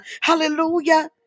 hallelujah